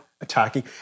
attacking